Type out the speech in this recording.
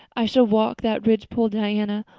i shall walk that ridgepole, diana,